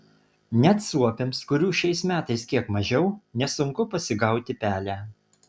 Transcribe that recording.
net suopiams kurių šiais metais kiek mažiau nesunku pasigauti pelę